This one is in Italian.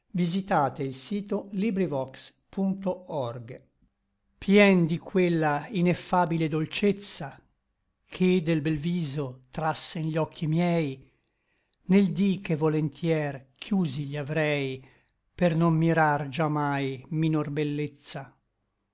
dispiacque pien di quella ineffabile dolcezza che del bel viso trassen gli occhi miei nel dí che volentier chiusi gli avrei per non mirar già mai minor bellezza